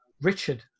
Richard